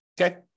Okay